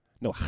No